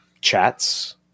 chats